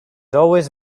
always